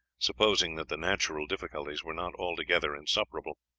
supposing that the natural difficulties were not altogether insuperable.